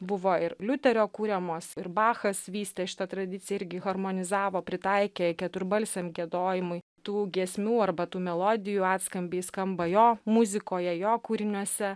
buvo ir liuterio kuriamos ir bachas vystė šitą tradiciją irgi harmonizavo pritaikė keturbalsiam giedojimui tų giesmių arba tų melodijų atskambiai skamba jo muzikoje jo kūriniuose